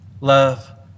love